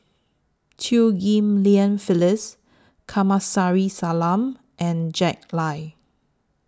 Chew Ghim Lian Phyllis Kamsari Salam and Jack Lai